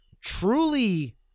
truly